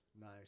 Nice